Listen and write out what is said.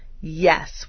Yes